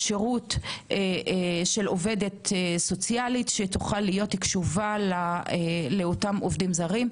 שירות של עובדת סוציאלית שתוכל להיות קשובה לאותם עובדים זרים.